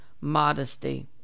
modesty